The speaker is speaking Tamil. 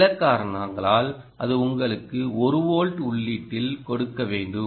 சில காரணங்களால் அது உங்களுக்கு 1 வோல்ட் உள்ளீட்டில் கொடுக்க வேண்டும்